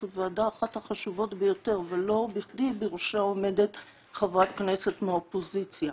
זו ועדה אחת החשובות ביותר ולא בכדי בראשה עומדת חברת כנסת מהאופוזיציה.